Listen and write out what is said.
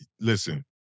listen